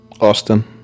Austin